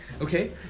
Okay